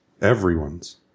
Everyone's